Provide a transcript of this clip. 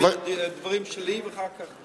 דברים שלי, ואחר כך.